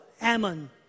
Ammon